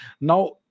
Now